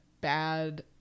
bad